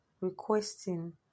requesting